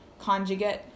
conjugate